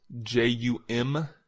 j-u-m